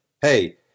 Hey